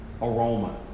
aroma